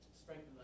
strengthen